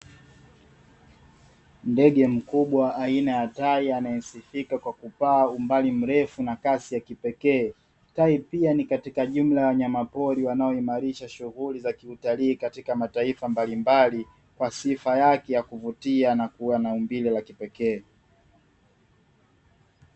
Ndege mkubwa aina ya tai, anayesifika kwa kupaa umbali mrefu na kasi ya kipekee, tai pia ni katika wanyama pori wanaimarisha shughuli za utalii, katika mataifa mbalimbali kwa sifa yake ya kuvutia na kuwa na umbile la kipekee.